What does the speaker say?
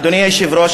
אדוני היושב-ראש,